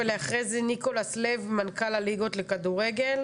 אחרי זה ניקולס לב, מנכ"ל הליגות לכדורגל.